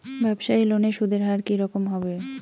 ব্যবসায়ী লোনে সুদের হার কি রকম হবে?